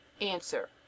answer